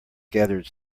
gathered